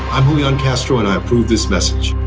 i'm julian castro and i approve this message